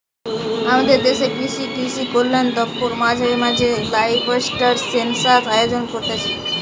আমদের দেশের কৃষি ও কৃষিকল্যান দপ্তর মাঝে মাঝে লাইভস্টক সেনসাস আয়োজন করতিছে